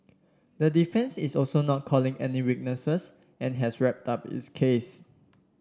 the defence is also not calling any witnesses and has wrapped up its case